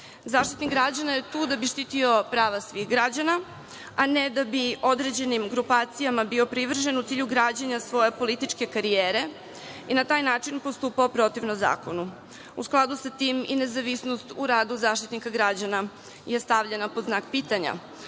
ponovi.Zaštitnik građana je tu da bi štitio prava svih građana, a ne da bi određenim grupacijama bio privržen u cilju građenja svoje političke karijere i na taj način postupao protivno zakonu. U skladu sa tim, i nezavisnosti u radu Zaštitnika građana je stavljena pod znak pitanja.